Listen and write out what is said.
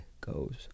goes